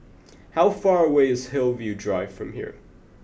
how far away is Hillview Drive from here